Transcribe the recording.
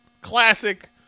Classic